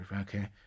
Okay